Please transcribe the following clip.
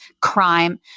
crime